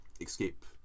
escape